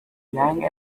young